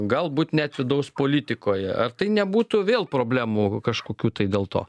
galbūt net vidaus politikoje ar tai nebūtų vėl problemų kažkokių tai dėl to